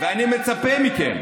טובת הציבור היא